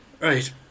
Right